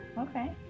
Okay